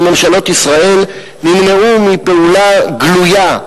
ממשלות ישראל נמנעו מפעולה גלויה,